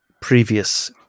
previous